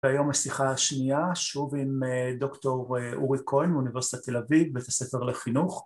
היום השיחה השנייה שוב עם דוקטור אורי כהן מאוניברסיטת תל אביב, בית הספר לחינוך